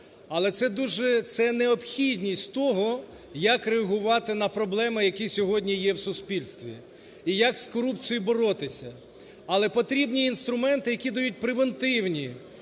дуже… це необхідність того, як реагувати на проблеми, які сьогодні є в суспільстві і як з корупцією боротися. Але потрібні інструменти, які дають превентивні,